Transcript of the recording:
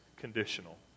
Conditional